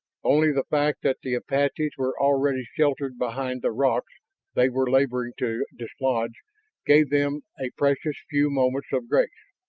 only the fact that the apaches were already sheltered behind the rocks they were laboring to dislodge gave them a precious few moments of grace.